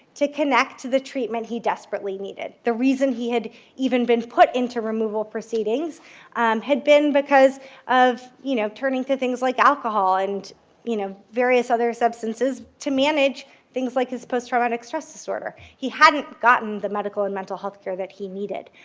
to connect to the treatment he desperately needed. the reason he had even been put into removal proceedings had been because of you know turning to things like alcohol and you know various other substances to manage things like his post-traumatic stress disorder. he hadn't gotten the medical and mental health care that he needed.